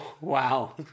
Wow